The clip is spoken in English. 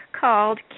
called